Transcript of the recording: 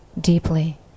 deeply